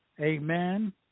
Amen